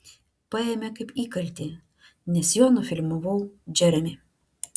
paėmė kaip įkaltį nes juo nufilmavau džeremį